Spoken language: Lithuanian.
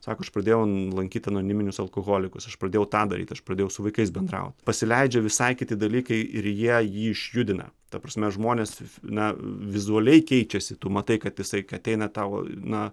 sako aš pradėjau lankyti anoniminius alkoholikus aš pradėjau tą daryt aš pradėjau su vaikais bendrau pasileidžia visai kiti dalykai ir jie jį išjudina ta prasme žmonės na vizualiai keičiasi tu matai kad jisai kai ateina tau na